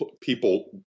people